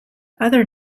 other